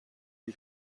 you